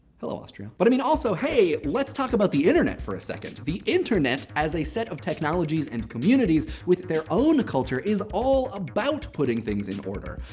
hello, austria. but i mean, also, hey, let's talk about the internet for a second. the internet as a set of technologies and communities with their own culture is all about putting things in order.